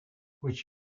which